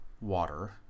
water